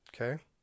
Okay